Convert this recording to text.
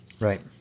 Right